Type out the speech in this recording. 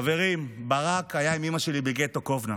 חברים, ברק היה עם אימא שלי בגטו קובנה.